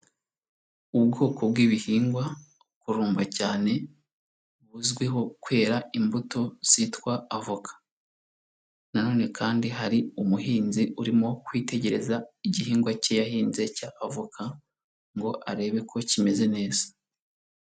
Ubwoko bw'ibihingwa bukururumba cyane, buzwiho kwera imbuto zitwa avoka na none kandi hari umuhinzi urimo kwitegereza igihingwa cye yahinze cya avoka ngo arebe ko kimeze neza.